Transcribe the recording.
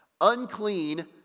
Unclean